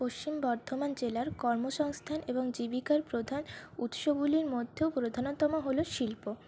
পশ্চিম বর্ধমান জেলার কর্মসংস্থান এবং জীবিকার প্রধান উৎসগুলির মধ্যে প্রধানতম হলো শিল্প